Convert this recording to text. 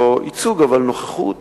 לא ייצוג אבל נוכחות